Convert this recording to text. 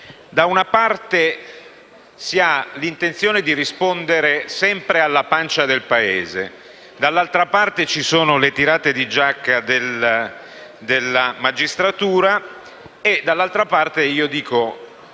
Da una parte, cioè, si ha l'intenzione di rispondere sempre alla pancia del Paese, dall'altra parte ci sono le tirate di giacca della magistratura e dall'altra parte ancora